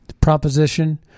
proposition